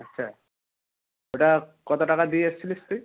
আচ্ছা ওটা কত টাকা দিয়ে এসেছিলিস তুই